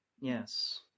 Yes